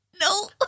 No